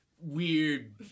weird